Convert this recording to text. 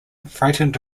frightened